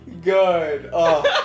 good